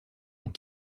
ont